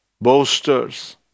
Boasters